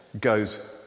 goes